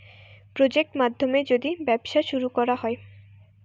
project মাধ্যমে যদি ব্যবসা শুরু করা হয়